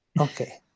Okay